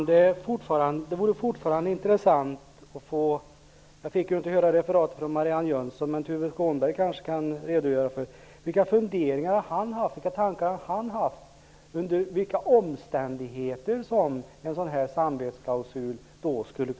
Herr talman! Det vore fortfarande intressant att få veta vilka funderingar Tuve Skånberg har haft om under vilka omständigheter som en samvetsklausul kan åberopas. Jag fick inte höra något referat från Marianne Jönsson. Men Tuve Skånberg kanske kan ge en redogörelse.